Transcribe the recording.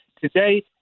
Today